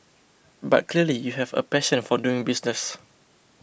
but clearly you have a passion for doing business